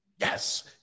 Yes